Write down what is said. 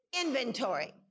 inventory